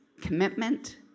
commitment